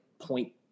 point